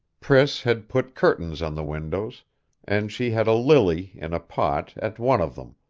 priss had put curtains on the windows and she had a lily, in a pot, at one of them,